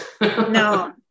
No